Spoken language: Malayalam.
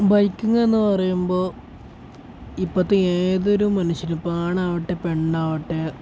ബൈക്കിംഗ് എന്നു പറയുമ്പോൾ ഇപ്പോഴത്തെ ഏതൊരു മനുഷ്യനും ഇപ്പോൾ ആണാവട്ടെ പെണ്ണാവട്ടെ